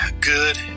good